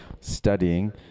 studying